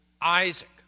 Isaac